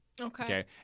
okay